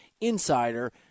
Insider